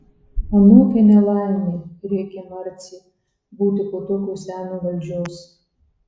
anokia ne laimė rėkė marcė būti po tokio seno valdžios